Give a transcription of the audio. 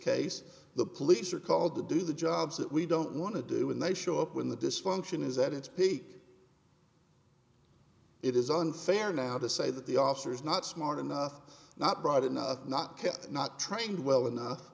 case the police are called to do the jobs that we don't want to do when they show up when the dysfunction is at its peak it is unfair now to say that the officer is not smart enough not bright enough not kept not trying well enough